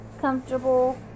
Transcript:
comfortable